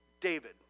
David